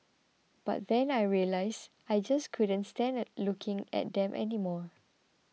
but then I realised I just couldn't standard looking at them anymore